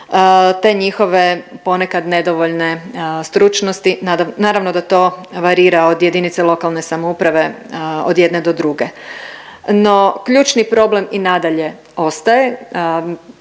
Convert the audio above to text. te njihove ponekad nedovoljne stručnosti naravno da to varira od JLS od jedne do druge. No ključni problem i nadalje ostaje,